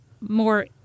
more